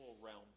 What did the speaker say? realm